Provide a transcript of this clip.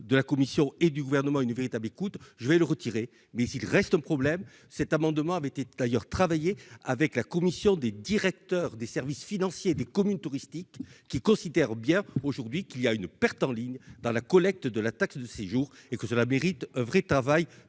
de la Commission et du gouvernement une véritable écoute, je vais le retirer mais s'il reste un problème, cet amendement avait été d'ailleurs travailler avec la Commission des directeur des services financiers, des communes touristiques qui considère bien aujourd'hui qu'il y a une perte en ligne dans la collecte de la taxe de séjour et que cela mérite un vrai travail